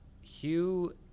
Hugh